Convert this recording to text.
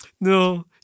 No